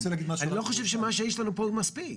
אני לא חושב שמה שיש לנו פה הוא מספיק.